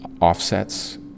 offsets